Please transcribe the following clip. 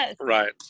Right